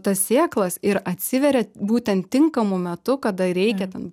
tas sėklas ir atsiveria būtent tinkamu metu kada reikia ten